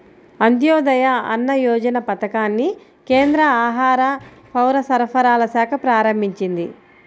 అంత్యోదయ అన్న యోజన పథకాన్ని కేంద్ర ఆహార, పౌరసరఫరాల శాఖ ప్రారంభించింది